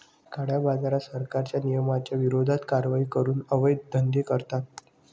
काळ्याबाजारात, सरकारच्या नियमांच्या विरोधात कारवाई करून अवैध धंदे करतात